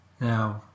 Now